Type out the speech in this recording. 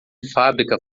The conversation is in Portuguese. fábrica